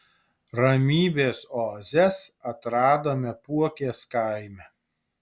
ramybės oazes atradome puokės kaime